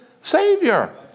Savior